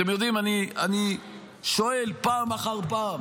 אתם יודעים, אני שואל פעם אחר פעם